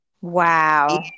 Wow